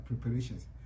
preparations